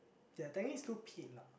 ya technically it's still paid lah